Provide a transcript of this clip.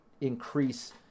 increase